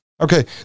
Okay